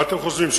מה אתם חושבים,